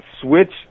switch